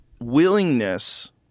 willingness